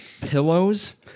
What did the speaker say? pillows